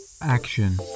Action